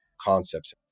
concepts